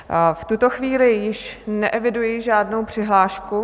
V tuto chvíli již neeviduji žádnou přihlášku...